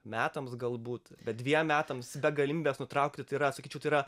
metams galbūt bet dviem metams be galimybės nutraukti tai yra sakyčiau tai yra